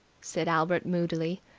said albert moodily.